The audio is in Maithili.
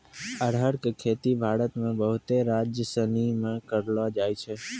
अरहर के खेती भारत मे बहुते राज्यसनी मे करलो जाय छै